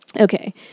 Okay